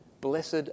blessed